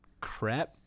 crap